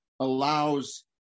allows